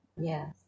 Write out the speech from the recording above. Yes